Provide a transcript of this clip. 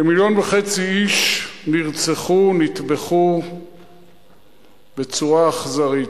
כמיליון וחצי איש נרצחו, נטבחו בצורה אכזרית.